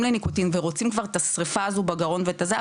לניקוטין ורוצים כבר את השריפה הזו בגרון ואת הזה,